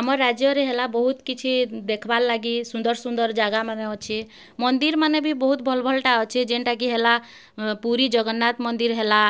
ଆମର୍ ରାଜ୍ୟରେ ହେଲା ବହୁତ୍ କିଛି ଦେଖ୍ବାର୍ ଲାଗି ସୁନ୍ଦର୍ ସୁନ୍ଦର୍ ଜାଗାମାନେ ଅଛେ ମନ୍ଦିର୍ମାନେ ବି ବହୁତ୍ ଭଲ୍ ଭଲ୍ଟା ଅଛେ ଯେନ୍ଟାକି ହେଲା ପୁରୀ ଜଗନ୍ନାଥ ମନ୍ଦିର ହେଲା